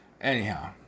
Anyhow